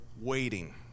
waiting